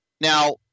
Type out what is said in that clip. Now